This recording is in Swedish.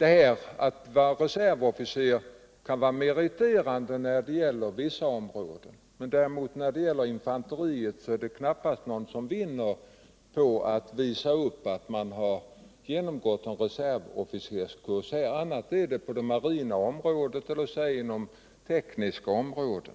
är att det på vissa områden kan vara meriterande att vara reservofficer. Däremot är det när det gäller infanteriet knappast någon som vinner på att man genomgålt en reservofficerskurs. Det gäller bara inom t.ex. det marina eller det tekniska området.